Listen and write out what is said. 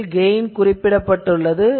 இது கெயின் ஆகும்